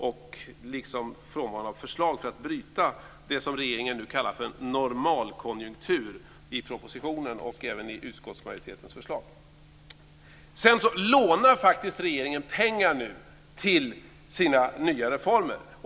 Det saknas dessutom förslag för att bryta det som nu kallas för en normalkonjunktur i regeringens propositionen och även i utskottsmajoritetens förslag. Nu lånar regeringen faktiskt pengar till sina nya reformer.